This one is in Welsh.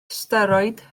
steroid